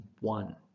one